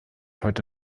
heute